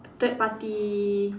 third party